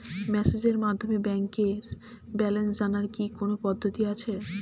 মেসেজের মাধ্যমে ব্যাংকের ব্যালেন্স জানার কি কোন পদ্ধতি আছে?